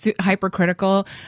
hypercritical